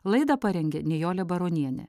laidą parengė nijolė baronienė